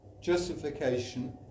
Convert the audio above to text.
justification